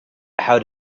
how